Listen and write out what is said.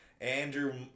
Andrew